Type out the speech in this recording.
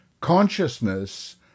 Consciousness